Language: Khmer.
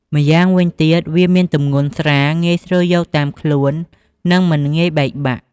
ម្យ៉ាងវិញទៀត វាមានទម្ងន់ស្រាល ងាយស្រួលយកតាមខ្លួន និងមិនងាយបែកបាក់។